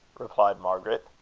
replied margaret.